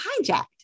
hijacked